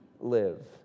live